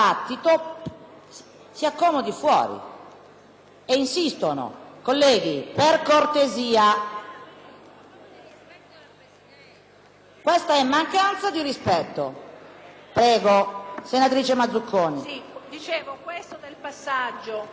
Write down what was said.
Questa è mancanza di rispetto. Prego, senatrice Mazzuconi.